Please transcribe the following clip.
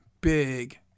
big